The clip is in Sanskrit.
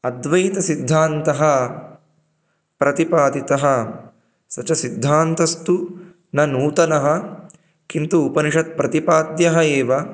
अद्वैतसिद्धान्तः प्रतिपादितः स च सिद्धान्तस्तु न नूतनः किन्तु उपनिषत् प्रतिपाद्यः एव